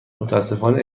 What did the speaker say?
متأسفانه